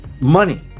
money